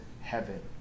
heaven